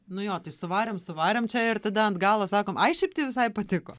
nu jo tai suvarėm suvarėm čia ir tada ant galo sakom ai šiaip tai visai patiko